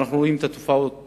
ואחר כך אנחנו רואים את התופעות